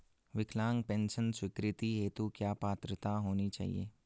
विकलांग पेंशन स्वीकृति हेतु क्या पात्रता होनी चाहिये?